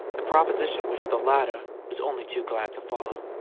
a proposition which the latter was only too glad to follow.